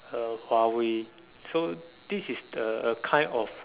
uh Huawei so this is the a a kind of